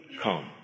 come